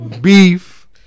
beef